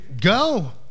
go